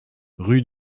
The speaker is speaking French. rue